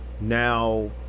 now